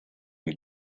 une